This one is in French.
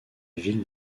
villes